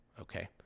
okay